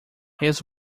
his